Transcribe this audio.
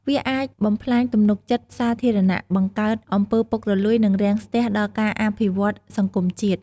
វាអាចបំផ្លាញទំនុកចិត្តសាធារណៈ បង្កើតអំពើពុករលួយ និងរាំងស្ទះដល់ការអភិវឌ្ឍន៍សង្គមជាតិ។